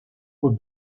were